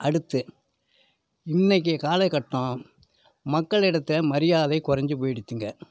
அடுத்து இன்னைக்கு காலக்கட்டம் மக்களிடத்த மரியாதை குறைஞ்சி போயிடிச்சுங்க